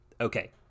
okay